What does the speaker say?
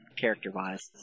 character-wise